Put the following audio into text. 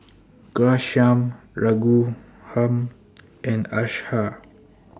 Ghanshyam Raghuram and Akshay